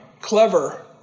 clever